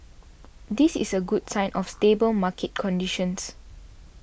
this is a good sign of stable market conditions